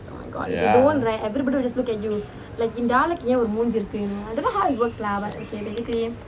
ya